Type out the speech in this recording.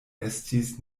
estis